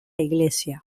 iglesia